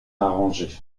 arrangé